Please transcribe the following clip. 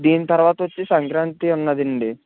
దీని తర్వాత వచ్చే సంక్రాంతి ఉన్నది అండి